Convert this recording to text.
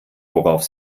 worauf